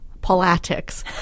politics